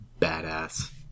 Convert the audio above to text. badass